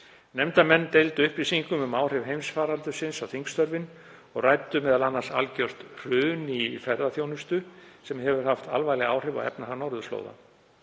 Nefndarmenn deildu upplýsingum um áhrif heimsfaraldursins á þingstörfin og ræddu m.a. algjört hrun í ferðaþjónustu sem hefur haft alvarleg áhrif á efnahag norðurslóða.